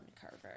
Carver